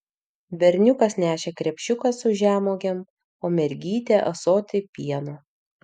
berniukas nešė krepšiuką su žemuogėm o mergytė ąsotį pieno